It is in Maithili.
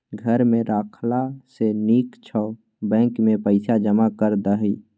घर मे राखला सँ नीक छौ बैंकेमे पैसा जमा कए दही